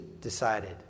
decided